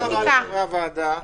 תודה רבה לחברי הוועדה.